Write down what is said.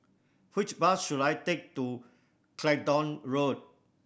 which bus should I take to Clacton Road